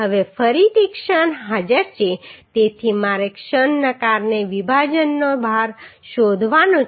હવે ફરીથી ક્ષણ હાજર છે તેથી મારે ક્ષણના કારણે વિભાજનનો ભાર શોધવાનો છે